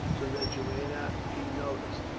so that you may not be noticed.